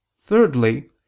Thirdly